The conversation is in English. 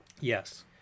Yes